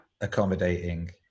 accommodating